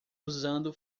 usando